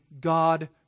god